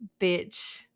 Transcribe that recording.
bitch